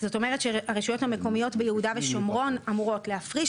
זאת אומרת שהרשות המקומיות ביהודה ושומרון אמורות להפריש